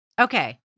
Okay